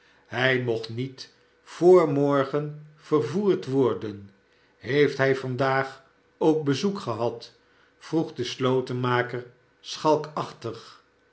hij mocht niet voor morgen vervoerd worden heeft hij vandaag ook bezoek gehad vroeg de